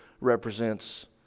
represents